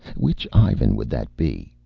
which ivan would that be?